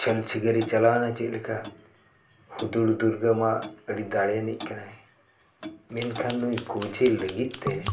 ᱪᱷᱚᱞᱼᱪᱷᱤᱜᱟᱹᱨᱤ ᱪᱟᱞᱟᱣᱱᱟ ᱪᱮᱫ ᱞᱮᱠᱟ ᱦᱩᱫᱩᱲ ᱫᱩᱨᱜᱟᱹ ᱢᱟ ᱟᱹᱰᱤ ᱫᱟᱲᱮ ᱟᱹᱱᱤᱡ ᱠᱟᱱᱟᱭ ᱢᱮᱱᱠᱷᱟᱱ ᱱᱩᱭ ᱜᱚᱡᱮ ᱞᱟᱹᱜᱤᱫ ᱛᱮ